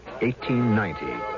1890